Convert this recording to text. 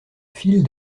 file